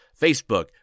Facebook